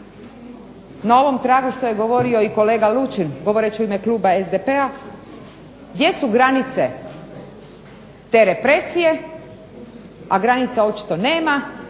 na ovom tragu što je govorio i kolega Lučin govoreći u ime kluba SDP-a, gdje su granice te represije, a granica očito nema